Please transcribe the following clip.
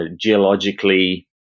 geologically